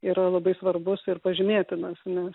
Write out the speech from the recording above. yra labai svarbus ir pažymėtinas nes